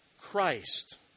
Christ